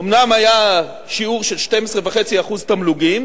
אומנם היה שיעור של 12.5% תמלוגים,